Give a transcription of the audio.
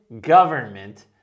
government